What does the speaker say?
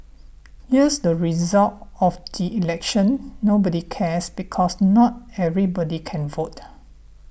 here's the result of the election nobody cares because not everybody can vote